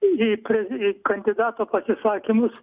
į prez į kandidato pasisakymus